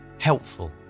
helpful